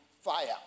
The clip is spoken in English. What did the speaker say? fire